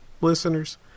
listeners